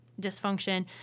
dysfunction